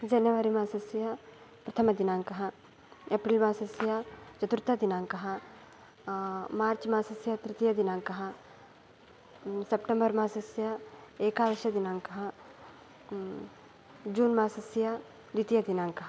जनवरिमासस्य प्रथमदिनाङ्कः एप्रिल् मासस्य चतुर्थदिनाङ्कः मार्च् मासस्य तृतीयदिनाङ्कः सेप्टेम्बर् मासस्य एकादशदिनाङ्कः जून्मासस्य द्वितीयदिनाङ्कः